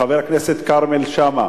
חבר הכנסת כרמל שאמה